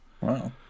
Wow